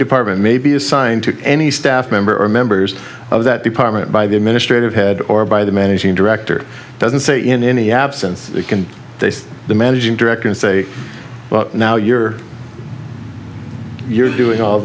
department may be assigned to any staff member or members of that department by the administrative head or by the managing director doesn't say in any absence can they see the managing director and say well now you're you're doing all